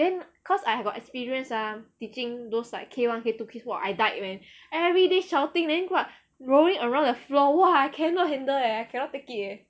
then cause I have got experience ah teaching those like K one K two kids !wah! I died man everyday shouting then what rolling around the floor !wah! I cannot handle eh cannot take it leh